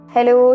Hello